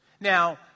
Now